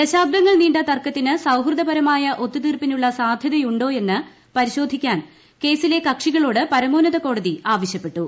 ദശാബ്ദങ്ങൾ നീണ്ട തർക്കത്തിന് സൌഹൃദപരമായ ഒത്തുതീർപ്പിനുള്ള സാധ്യതയുണ്ടൊയെന്ന് പരിശോധിക്കാൻ കേസിലെ കക്ഷികളോട് പരമോന്നത കോടതി ആവശ്യപ്പെട്ടു